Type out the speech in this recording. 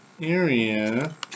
area